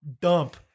dump